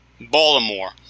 Baltimore